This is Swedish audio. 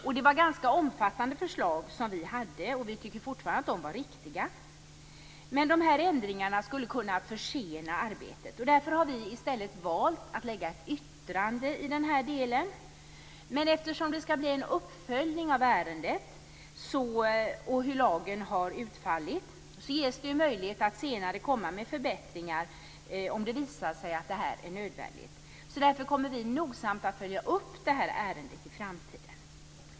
Vi hade ganska omfattande förslag, och vi tycker fortfarande att de var riktiga, men dessa ändringar skulle kunna försena arbetet. Därför har vi valt att avge ett yttrande i det här avseendet. Men eftersom det skall bli en uppföljning av ärendet och av lagen ges det en möjlighet att senare komma med förslag om förbättringar om det visar sig vara nödvändigt. Därför kommer vi nogsamt att följa detta ärende i framtiden.